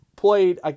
Played